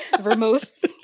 vermouth